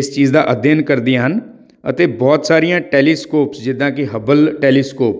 ਇਸ ਚੀਜ਼ ਦਾ ਅਧਿਐਨ ਕਰਦੀਆਂ ਹਨ ਅਤੇ ਬਹੁਤ ਸਾਰੀਆਂ ਟੈਲੀਸਕੋਪਸ ਜਿੱਦਾਂ ਕਿ ਹਬਲ ਟੈਲੀਸਕੋਪ